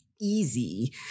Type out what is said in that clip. easy